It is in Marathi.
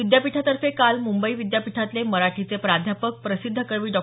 विद्यापीठातर्फे काल मुंबई विद्यापीठातले मराठीचे प्राध्यापक प्रसिद्ध कवी डॉ